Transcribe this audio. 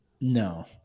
No